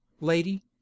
lady